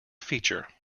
feature